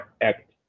act